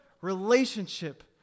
relationship